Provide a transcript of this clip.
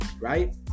right